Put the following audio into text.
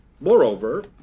Moreover